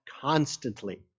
constantly